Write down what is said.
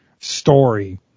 story